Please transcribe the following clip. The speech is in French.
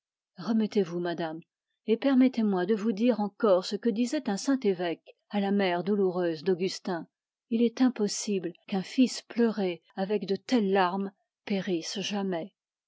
remettez-vous madame et permettez-moi de vous dire encore ce que disait un saint évêque à la mère douloureuse d'augustin il est impossible qu'un fils pleuré avec de telles larme périsse jamais